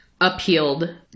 appealed